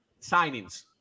signings